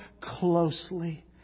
closely